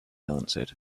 answered